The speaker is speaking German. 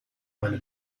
meine